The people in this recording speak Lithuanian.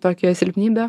tokią silpnybę